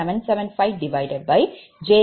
1775 j4